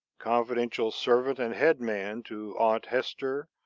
confidential servant and head man to aunt hester,